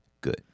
Good